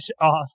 off